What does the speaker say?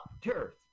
Turf